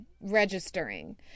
registering